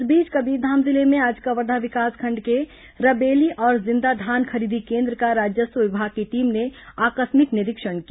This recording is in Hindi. इस बीच कबीरधाम जिले में आज कवर्धा विकासखंड के रबेली और जिंदा धान खरीदी केन्द्र का राजस्व विभाग की टीम ने आकस्मिक निरीक्षण किया